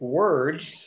words